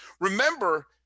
Remember